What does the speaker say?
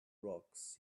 rocks